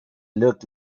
look